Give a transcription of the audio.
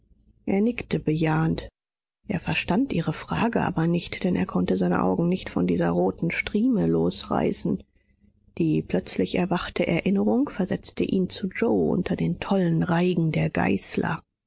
er nickte bejahend er verstand ihre frage aber nicht denn er konnte seine augen nicht von dieser roten strieme losreißen die plötzlich erwachte erinnerung versetzte ihn zu yoe unter den tollen reigen der geißler